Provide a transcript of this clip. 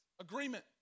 agreement